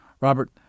Robert